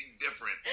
different